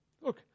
Look